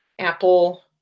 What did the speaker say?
apple